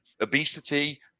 obesity